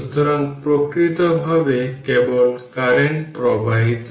সুতরাং এটি মূলত আপনার 25 এবং 100 হবে